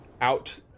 out